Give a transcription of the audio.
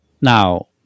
Now